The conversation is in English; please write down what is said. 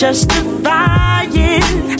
Justifying